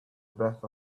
breath